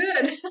good